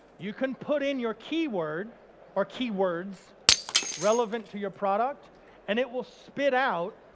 you can put in your keyword or keywords relevant to your product and it will spit out